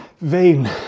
vain